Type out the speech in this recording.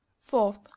fourth